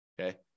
Okay